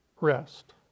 rest